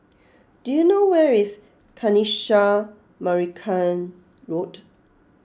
do you know where is Kanisha Marican Road